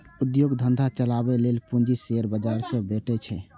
उद्योग धंधा चलाबै लेल पूंजी शेयर बाजार सं भेटै छै